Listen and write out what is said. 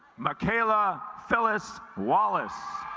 michaela phyllis wallace